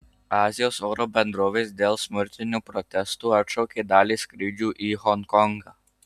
azijos oro bendrovės dėl smurtinių protestų atšaukė dalį skrydžių į honkongą